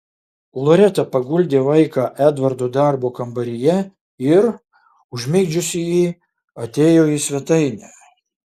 loreta paguldė vaiką edvardo darbo kambaryje ir užmigdžiusi jį atėjo į svetainę